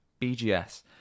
BGS